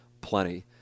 plenty